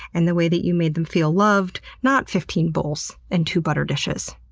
and the way that you made them feel loved. not fifteen bowls and two butter dishes.